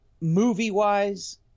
Movie-wise